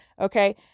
Okay